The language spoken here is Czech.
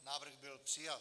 Návrh byl přijat.